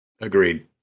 Agreed